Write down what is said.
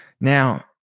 Now